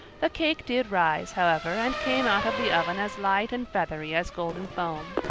the cake did rise, however, and came out of the oven as light and feathery as golden foam.